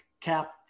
Cap